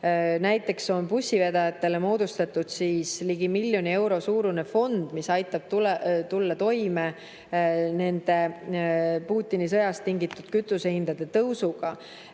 Näiteks on bussivedajatele moodustatud ligi miljoni euro suurune fond, mis aitab neil tulla toime Putini sõjast tingitud kütusehindade tõusuga.